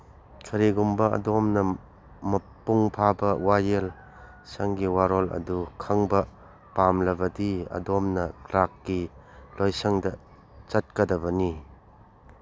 ꯀꯔꯤꯒꯨꯝꯕ ꯑꯗꯣꯝꯅ ꯃꯄꯨꯡ ꯐꯥꯕ ꯋꯥꯌꯦꯜꯁꯪꯒꯤ ꯋꯥꯔꯣꯜ ꯑꯗꯨ ꯈꯪꯕ ꯄꯥꯝꯂꯕꯗꯤ ꯑꯗꯣꯝꯅ ꯀ꯭ꯂꯔꯛꯀꯤ ꯂꯣꯏꯁꯪꯗ ꯆꯠꯀꯗꯕꯅꯤ